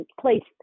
placed